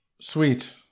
sweet